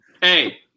Hey